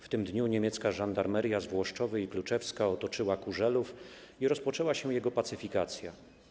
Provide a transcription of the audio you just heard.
W tym dniu niemiecka żandarmeria z Włoszczowy i Kluczewska otoczyła Kurzelów i rozpoczęła się jego pacyfikacja.